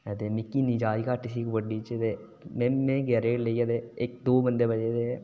ते मिगी इन्नी जाच घट्ट ही ते में गेआ रेड लेइयै ते में दो बंदे बचे दे हे